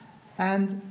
and,